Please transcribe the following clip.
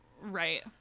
right